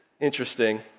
Interesting